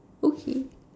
okay